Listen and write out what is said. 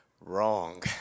wrong